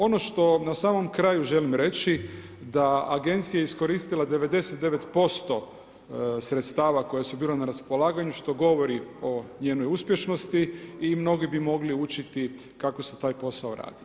Ono što na samom kraju želim reći da agencija je iskoristila 99% sredstva koja su bila na raspolaganju što govori o njenoj uspješnosti i mnogi bi mogli učiti kako se taj posao radi.